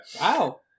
Wow